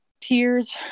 tears